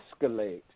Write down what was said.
escalate